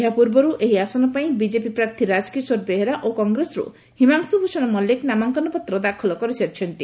ଏହା ପୂର୍ବରୁ ଏହି ଆସନ ପାଇଁ ବିଜେପି ପ୍ରାର୍ଥୀ ରାକକିଶୋର ବେହେରା ଓ କଂଗ୍ରେସରୁ ହିଂମାଶୁ ଭ୍ଷଣ ମଲ୍ଲିକ ନାମାଙ୍କନ ପତ୍ର ଦାଖଲ କରିସାରିଛନ୍ତି